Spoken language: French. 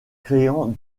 créant